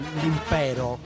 l'impero